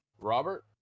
Robert